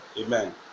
Amen